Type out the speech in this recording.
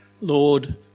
Lord